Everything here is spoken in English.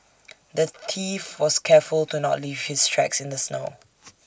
the thief was careful to not leave his tracks in the snow